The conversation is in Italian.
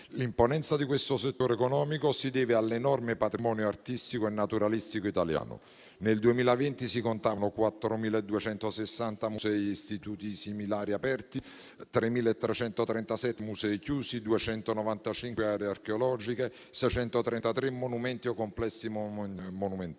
L'imponenza di questo settore economico si deve all'enorme patrimonio artistico e naturalistico italiano. Nel 2020 si contavano 4.260 musei e istituti similari aperti, 3.337 musei chiusi, 295 aree archeologiche, 633 monumenti o complessi monumentali.